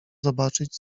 zobaczyć